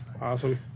awesome